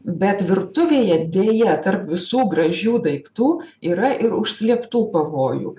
bet virtuvėje deja tarp visų gražių daiktų yra ir užslėptų pavojų